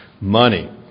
money